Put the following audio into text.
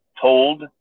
told